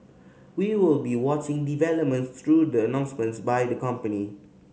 we will be watching developments through the announcements by the company